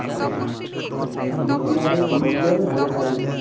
ᱟᱪᱪᱷᱟ ᱟᱪᱪᱷᱟ ᱢᱤᱫ ᱧᱤᱫᱟᱹᱨᱮ ᱢᱤᱫ ᱧᱤᱫᱟᱹᱨᱮ ᱢᱚᱬᱮ ᱥᱟᱭᱤᱧ ᱦᱟᱛᱟᱣᱟ